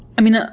i mean,